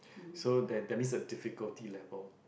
so that that means the difficulty level